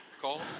call